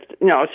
no